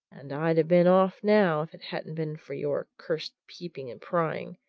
and i'd have been off now if it hadn't been for your cursed peeping and prying.